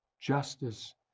justice